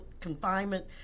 Confinement